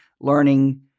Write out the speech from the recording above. learning